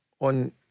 on